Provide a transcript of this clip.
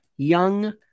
young